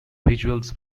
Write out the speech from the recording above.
visuals